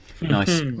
nice